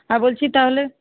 আর বলছি তাহলে